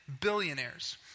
billionaires